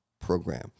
program